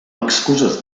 excuses